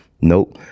nope